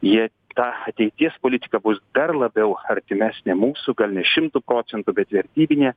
jie ta ateities politika bus dar labiau artimesnė mūsų gal ne šimtu procentų bet vertybinė